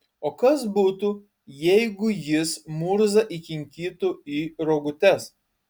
o kas būtų jeigu jis murzą įkinkytų į rogutes